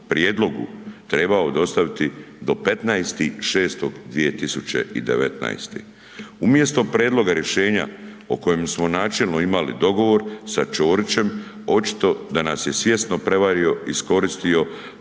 prijedlogu trebao dostaviti do 15.6.2019. Umjesto prijedloga rješenja o kojem smo načelno imali dogovor sa Čorićem, očito da nas je svjesno prevario, iskoristio